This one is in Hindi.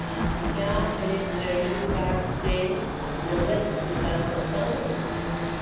क्या मैं क्रेडिट कार्ड से नकद निकाल सकता हूँ?